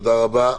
תודה רבה.